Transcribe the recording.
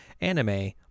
anime